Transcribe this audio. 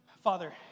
Father